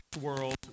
world